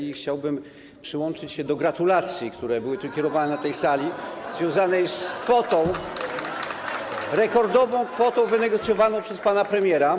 I chciałbym przyłączyć się do gratulacji, [[Wesołość na sali, oklaski]] które były kierowane na tej sali, związanych z rekordową kwotą wynegocjowaną przez pana premiera.